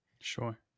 sure